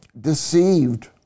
deceived